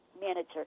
manager